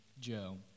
Joe